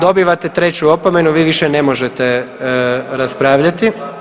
Dobivate treću opomenu, vi više ne možete raspravljati.